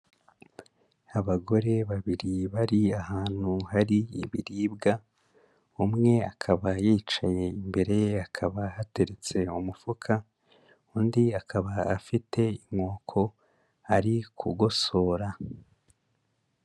Abagore babiri, bari ahantu hari ibiribwa, umwe akaba yicaye imbere ye hakaba hateretse umufuka, undi akaba afite inkoko ari kugosora.